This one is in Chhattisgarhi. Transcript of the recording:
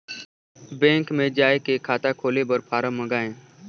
बैंक मे जाय के खाता खोले बर फारम मंगाय?